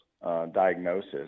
Diagnosis